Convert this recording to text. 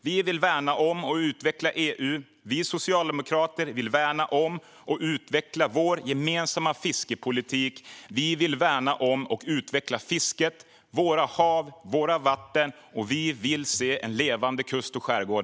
Vi vill värna om och utveckla EU. Vi socialdemokrater vill värna om och utveckla vår gemensamma fiskepolitik. Vi vill värna om och utveckla fisket, våra hav och våra vatten. Och vi vill se en levande kust och skärgård.